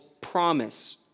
promise